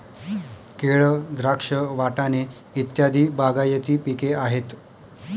केळ, द्राक्ष, वाटाणे इत्यादी बागायती पिके आहेत